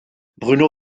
bruno